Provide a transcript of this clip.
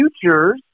futures